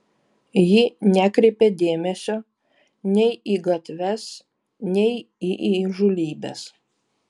ji nekreipė dėmesio nei į gatves nei į įžūlybes